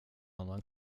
annan